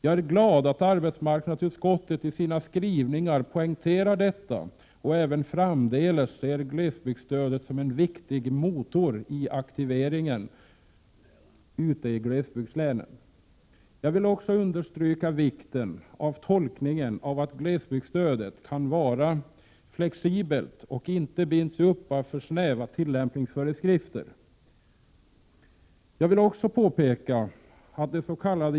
Jag är glad att arbetsmarknadsutskottet i sina skrivningar poängterar detta och ser glesbygdsstödet som en viktig ”motor” i aktiveringen ute i glesbygdslänen även framdeles. Jag vill också understryka vikten av att glesbygdsstödet kan vara flexibelt och inte binds upp av för snäva tillämpningsföreskrifter. Jag vill vidare peka på dets.k.